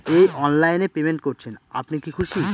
এই অনলাইন এ পেমেন্ট করছেন আপনি কি খুশি?